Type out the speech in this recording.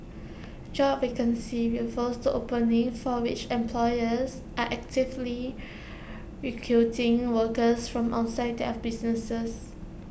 job vacancies refer to openings for which employers are actively recruiting workers from outside their businesses